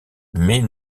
mais